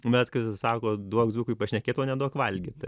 bet kai tas sako duok dzūkui pašnekėt o neduok valgyti